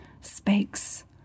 speaks